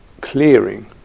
clearing